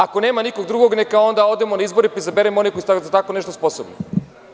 Ako nema nikog drugog neka odemo na izbore pa izaberemo one koji su u stanju i za tako nešto sposobni.